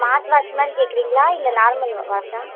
smart watch மாதிரி கேட்குறிங்களா இல்லை நார்மல் வா வாட்ச்சா